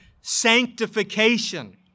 sanctification